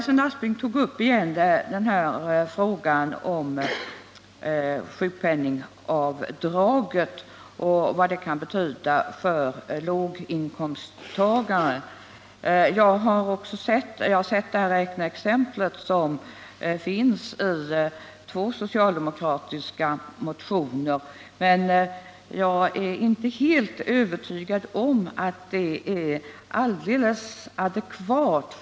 Sven Aspling tog igen upp frågan om sjukpenningavdraget och vad det kan betyda för låginkomsttagare. Jag har också sett det här räkneexemplet; det finns i två socialdemokratiska motioner. Men jag är inte helt övertygad om att det är alldeles adekvat.